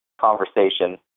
conversation